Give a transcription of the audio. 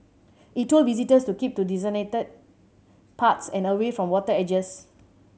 it told visitors to keep to designated paths and away from water edges